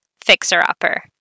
fixer-upper